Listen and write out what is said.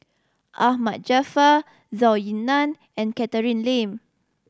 Ahmad Jaafar Zhou Ying Nan and Catherine Lim